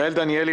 יעל דניאלי,